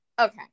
Okay